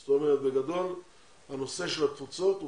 זאת אומרת בגדול הנושא של התפוצות הוא